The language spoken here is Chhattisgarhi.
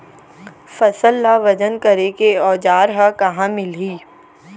फसल ला वजन करे के औज़ार हा कहाँ मिलही?